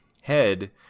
head